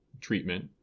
treatment